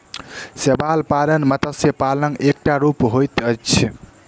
शैवाल पालन मत्स्य पालनक एकटा रूप होइत अछि